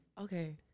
Okay